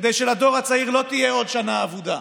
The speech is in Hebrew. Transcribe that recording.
כדי שלדור הצעיר לא תהיה עוד שנה אבודה,